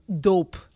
dope